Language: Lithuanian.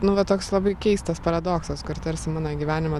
nu va toks labai keistas paradoksas kad tarsi mano gyvenimo